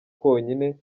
konyine